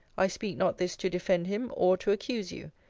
i speak not this to defend him, or to accuse you.